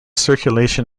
circulation